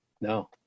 No